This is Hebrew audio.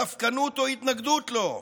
ספקנות או התנגדות לו.